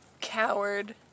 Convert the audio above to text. Coward